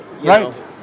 Right